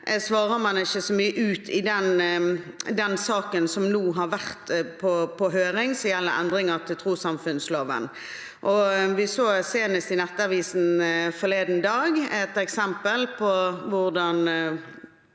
dette punktet så mye ut i den saken som nå har vært på høring, som gjelder endringer til trossamfunnsloven. Vi så senest i Nettavisen forleden dag et eksempel på hvordan